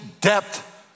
depth